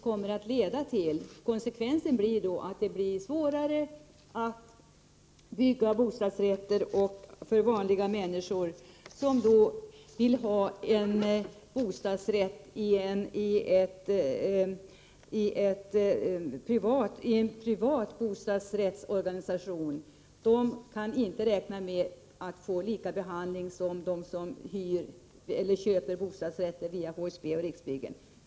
Konsekvensen blir då att det blir svårare att bygga bostadsrätter för vanliga människor som vill ha en bostadsrätt i en privat bostadsrättsorganisation. De kan inte räkna med att få lika behandling som dem som köper bostadsrätter via HSB och Riksbyggen.